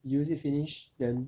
use it finish then